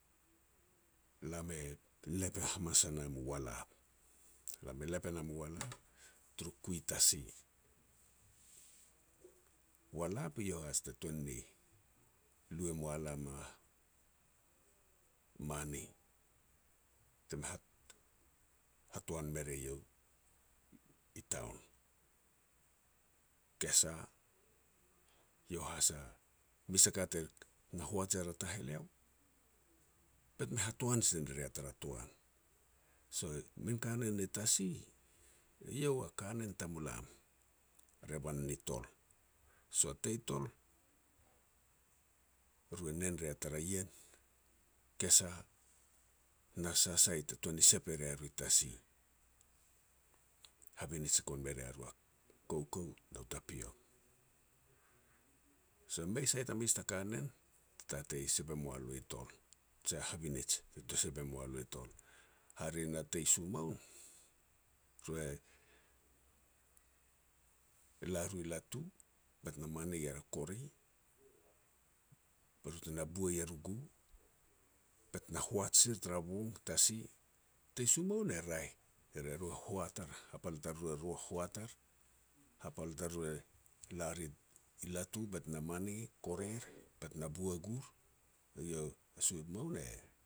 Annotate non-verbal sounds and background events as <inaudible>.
Lam e lep hamas e nam u walap. Lam e lep e nam u walap turu kui tasi. Walap eiau has te tuan ni lu e mua lam a mani, teme <hesitation> hatoan me re iau i taon. Kesa, iau has a mes a ka te na hoat er a taheleo, bet me hatoan si ne ria tara toan. So a min kanen ni tasi, eiau a kanen tamulam revan ni tol. So a tei tol, eru e nen ria tara ien, kesa, na sa sai te tuan ni sep e ria ru tasi, habinij goan me ria ru a koukou nou tapiok. <noise> So mei sai ta mes ta kanen te tatei sep e mualu i tol, jia habinij te tun sep e mua lo i tol. Hare na tei sumoun, ru e la ru latu, bet na mani er a kore, be ru te na bua er u gu, bet na hoat sir tara bong tasi. Tei sumoun e raeh er eru e hoat ar, hapal tariru ru-ru e hoat ar, hapal tariru e lar i latu bet na mani korer bet na bua gur, eiau. A sumoun e